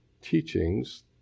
teachings